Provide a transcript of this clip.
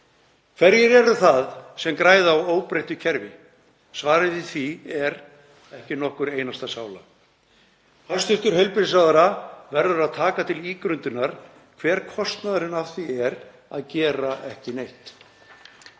Hverjir eru það sem græða á óbreyttu kerfi? Svarið við því er: Ekki nokkur einasta sála. Hæstv. heilbrigðisráðherra verður að taka til ígrundunar hver kostnaðurinn af því er að gera ekki neitt.